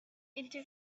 into